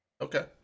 Okay